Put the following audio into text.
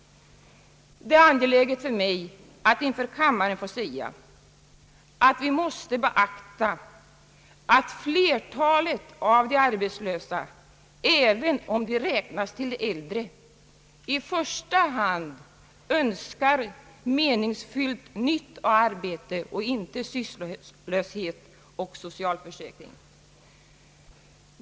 Det är angeläget för mig att inför kammaren få säga att vi måste beakta att flertalet av de arbetslösa, även om de räknas till de äldre, i första hand önskar meningsfyllt nytt arbete och inte sysslolöshet och socialförsäkring.